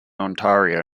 ontario